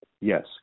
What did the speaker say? yes